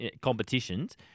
competitions